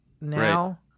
now